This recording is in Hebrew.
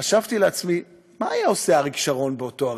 חשבתי לעצמי: מה היה עושה אריק שרון באותו הרגע?